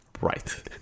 Right